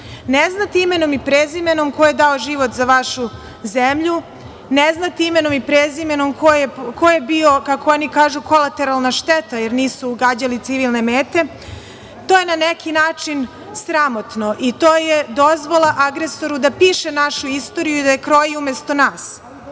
Ne znate imenom i prezimenom ko je dao život za vašu zemlju, ne znate imenom i prezimenom ko je bio, kako oni kažu, kolateralna šteta jer nisu gađali civilne mete. To je na neki način sramotno i to je dozvola agresoru da piše našu istoriju i da je kroji umesto